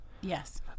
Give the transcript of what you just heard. yes